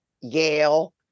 Yale